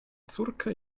córkę